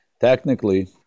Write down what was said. technically